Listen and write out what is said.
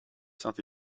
saint